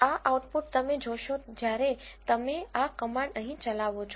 આ આઉટપુટ તમે જોશો જ્યારે તમે આ કમાન્ડ અહીં ચલાવો છો